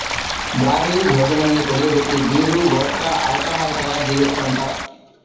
barley, గోధుమల్ని పులియబెట్టి beer, vodka, alcohol తయ్యారుజెయ్యొచ్చంట